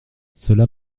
cela